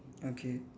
okay